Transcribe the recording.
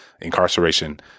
incarceration